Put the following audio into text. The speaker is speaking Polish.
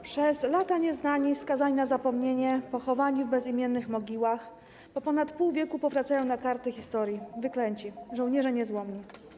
Przez lata nieznani, skazani na zapomnienie, pochowani w bezimiennych mogiłach po ponad pół wieku powracają na karty historii wyklęci - żołnierze niezłomni.